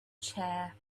chair